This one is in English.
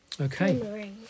Okay